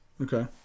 Okay